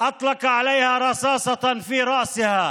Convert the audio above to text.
על כל ההשלכות החוקיות, ההיסטוריות,